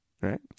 right